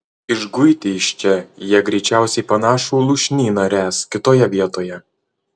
išguiti iš čia jie greičiausiai panašų lūšnyną ręs kitoje vietoje